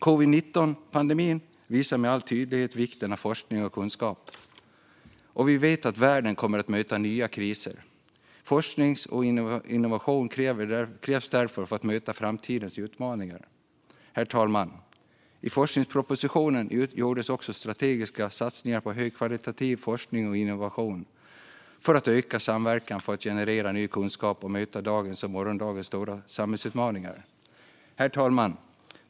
Covid-19-pandemin visar med all tydlighet vikten av forskning och kunskap. Vi vet att världen kommer att möta nya kriser. Forskning och innovation krävs därför för att möta framtidens utmaningar. Herr talman! I forskningspropositionen gjordes också strategiska satsningar på högkvalitativ forskning och innovation för att öka samverkan i syfte att generera ny kunskap och möta dagens och morgondagens stora samhällsutmaningar. Herr talman!